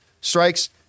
strikes